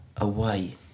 away